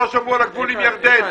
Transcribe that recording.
שלא שמרו על הגבול עם ירדן.